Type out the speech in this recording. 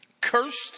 cursed